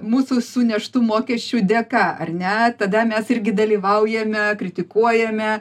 mūsų suneštų mokesčių dėka ar ne tada mes irgi dalyvaujame kritikuojame